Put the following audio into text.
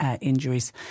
injuries